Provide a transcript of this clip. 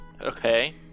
Okay